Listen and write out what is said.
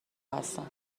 هستن